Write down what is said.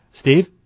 Steve